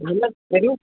ؤلِو حظ تٔرِو